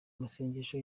masengesho